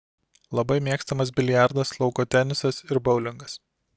labai mėgstamas biliardas lauko tenisas ir boulingas